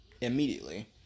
immediately